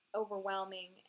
overwhelming